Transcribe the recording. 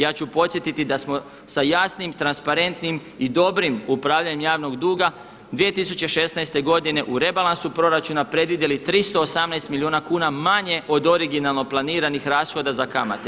Ja ću podsjetiti da smo s jasnim, transparentnim i dobrim upravljanjem javnog duga 2016. godine u rebalansu proračuna predvidjeli 318 milijuna kuna manje od originalno planiranih rashoda za kamate.